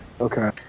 okay